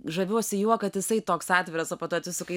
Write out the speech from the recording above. žaviuosi juo kad jisai toks atviras o po to atsisukai